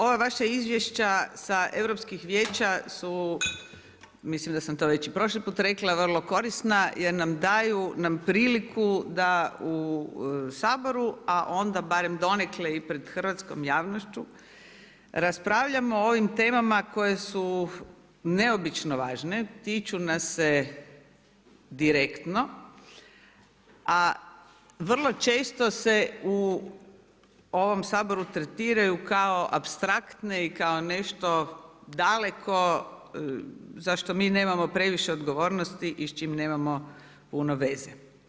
Ova vaša izvješća sa Europskih vijeća su, mislim da sam to već i prošli put rekla vrlo korisna jer daju nam priliku da u Saboru a onda barem donekle i pred hrvatskom javnošću raspravljamo o ovim temama koje su neobično važne, tiču nas se direktno a vrlo često se u ovom Saboru tretiraju kao apstraktne i kao nešto daleko za što mi nemamo previše odgovornosti i s čime nemamo puno veze.